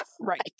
Right